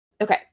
Okay